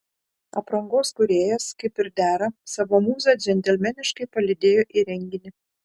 aprangos kūrėjas kaip ir dera savo mūzą džentelmeniškai palydėjo į renginį